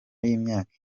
y’imyaka